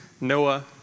Noah